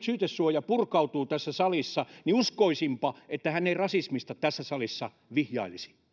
syytesuoja purkautuu tässä salissa niin uskoisinpa että hän ei rasismista tässä salissa vihjailisi